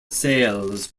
sales